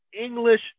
English